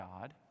God